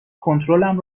کنترلم